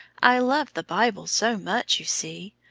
i love the bible so much, you see.